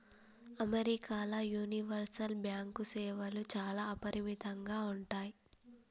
అమెరికాల universal bank సేవలు చాలా అపరిమితంగా ఉంటయ్